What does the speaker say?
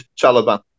Taliban